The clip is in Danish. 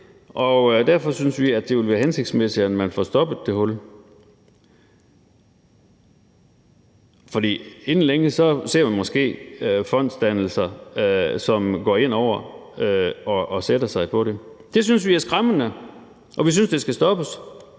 derfor synes vi, at det vil være hensigtsmæssigt, at man får stoppet det hul, for inden længe ser vi måske fondsdannelser, som går ind over det og sætter sig på det. Det synes vi er skræmmende, og vi synes, det skal stoppes.